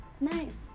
Nice